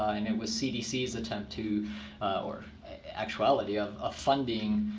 and it was cdc's attempt to or actuality of ah funding